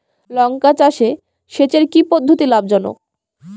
লঙ্কা চাষে সেচের কি পদ্ধতি লাভ জনক?